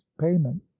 payment